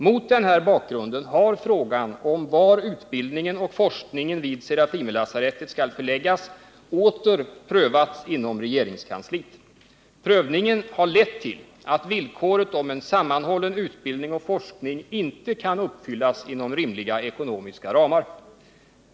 Mot den här bakgrunden har frågan var den utbildning och forskning som nu bedrivs vid Serafimerlasarettet skall förläggas åter prövats inom regeringskansliet. Prövningen har lett till att villkoret om en sammanhållen utbildning och forskning inte kan uppfyllas inom rimliga ekonomiska ramar.